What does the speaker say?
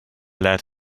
lead